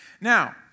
Now